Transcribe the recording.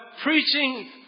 preaching